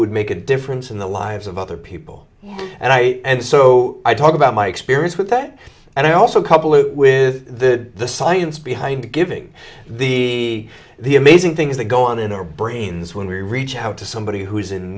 would make a difference in the lives of other people and i and so i talk about my experience with that and i also couple it with the science behind giving the the amazing things that go on in our brains when we reach out to somebody who is in